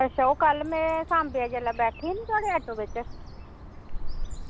अच्छा ओह् कल में साम्वे हा जिसले बैठी न थुआढ़े आटो बिच